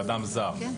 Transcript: של אדם זר.